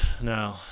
no